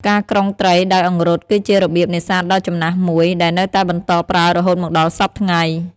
ការក្រុងត្រីដោយអង្រុតគឺជារបៀបនេសាទដ៏ចំណាស់មួយ ដែលនៅតែបន្តប្រើរហូតមកដល់សព្វថ្ងៃ។